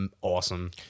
awesome